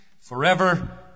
forever